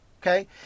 Okay